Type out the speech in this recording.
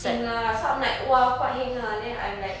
thing lah some like !wah! quite heng lah then I'm like